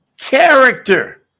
character